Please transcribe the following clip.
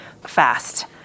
fast